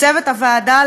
לצוות הוועדה,